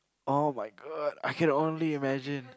[oh]-my-god I can only imagine